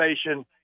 Station